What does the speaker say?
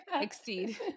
exceed